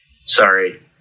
Sorry